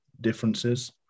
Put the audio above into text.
differences